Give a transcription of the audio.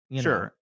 Sure